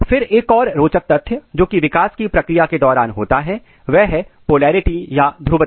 फिर एक और रोचक तथ्य जोकि विकास की प्रक्रिया के दौरान होता है वह है पोलैरिटी ध्रुवता